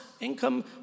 income